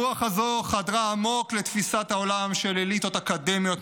הרוח הזו חדרה עמוק לתפיסת העולם של אליטות אקדמיות,